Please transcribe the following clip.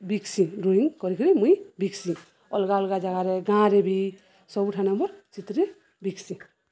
ବିକ୍ସି drawing କରିକିରି ମୁଇଁ ବିକ୍ସି ଅଲ୍ଗା ଅଲ୍ଗା ଜାଗାରେ ଗାଁରେ ବି ସବୁଠାନେ ମୋ ଚିତ୍ର ବିକ୍ସି